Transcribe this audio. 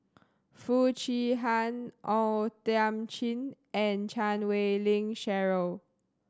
Foo Chee Han O Thiam Chin and Chan Wei Ling Cheryl